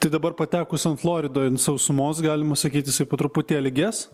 tai dabar patekus an floridoj ant sausumos galima sakyt jisai po truputėlį ges